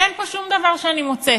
אין פה שום דבר שאני מוצאת